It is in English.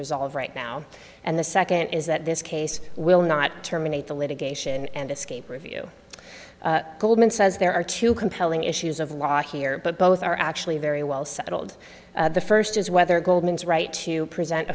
resolve right now and the second is that this case will not terminate the litigation and escape review goldman says there are two compelling issues of law here but both are actually very well settled the first is whether goldman's right to present